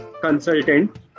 consultant